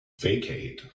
vacate